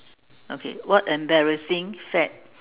okay what embarrassing fad